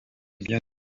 bien